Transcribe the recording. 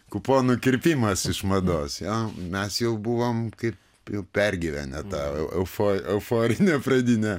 kuponų kirpimas iš mados jl mes jau buvom kaip jau pergyvenę tą eufo euforinę pradinę